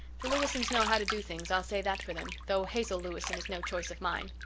the lewisons know how to do things, i'll say that for them, though hazel lewison is no choice of mine.